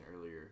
earlier